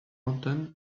anton